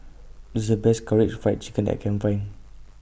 This IS The Best Karaage Fried Chicken I Can Find